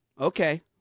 Okay